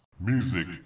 Music